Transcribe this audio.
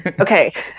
Okay